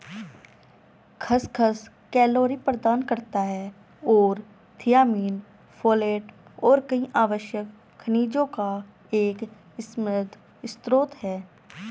खसखस कैलोरी प्रदान करता है और थियामिन, फोलेट और कई आवश्यक खनिजों का एक समृद्ध स्रोत है